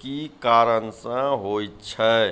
कि कारण से होय छै?